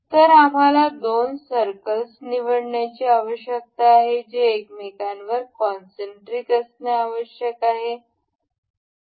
तर आम्हाला दोन सर्कल्स निवडण्याची आवश्यकता आहेत जे एकमेकांवर कॉनसेंटरिक असणे आवश्यक आहे